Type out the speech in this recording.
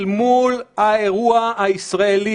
אל מול האירוע הישראלי,